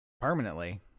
permanently